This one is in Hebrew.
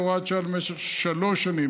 בהוראת שעה למשך שלוש שנים,